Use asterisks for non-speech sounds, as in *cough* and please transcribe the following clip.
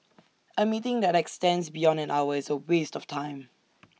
A meeting that extends beyond an hour is A waste of time *noise*